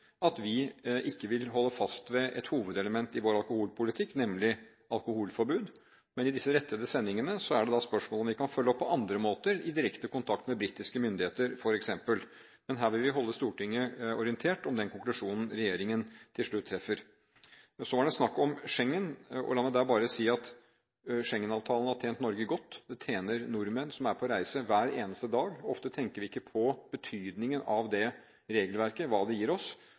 at vi ikke vil holde fast ved et hovedelement i vår alkoholpolitikk, nemlig alkoholreklameforbud, men i disse rettede sendingene er det da spørsmål om vi kan følge opp på andre måter i direkte kontakt med britiske myndigheter, f.eks. Her vil vi holde Stortinget orientert om den konklusjonen regjeringen til slutt treffer. Så var det snakk om Schengen. La meg der bare si at Schengen-avtalen har tjent Norge godt og tjener nordmenn som er på reise, hver eneste dag. Ofte tenker vi ikke på betydningen av det regelverket og hva det gir oss.